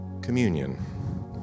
communion